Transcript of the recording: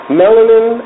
melanin